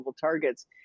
targets